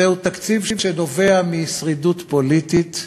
זהו תקציב שנובע משרידות פוליטית,